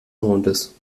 mondes